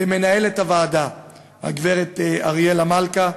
למנהלת הוועדה הגברת אריאלה מלכה,